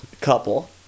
Couple